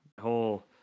whole